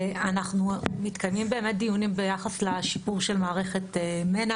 מתקיימים דיונים ביחס לשיפור מערכת מנ"ע